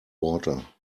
water